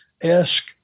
esque